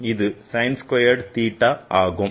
இது sin squared theta ஆகும்